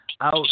out